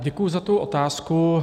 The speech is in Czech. Děkuji za tu otázku.